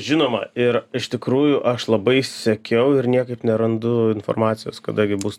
žinoma ir iš tikrųjų aš labai sekiau ir niekaip nerandu informacijos kada gi bus